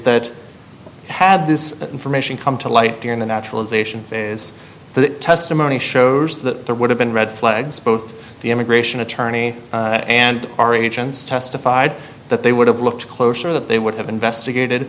that had this information come to light during the naturalization phase the testimony shows that there would have been red flags both the immigration attorney and our agents testified that they would have looked closer that they would have investigated